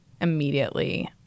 immediately